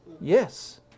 Yes